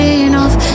enough